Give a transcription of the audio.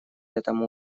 этом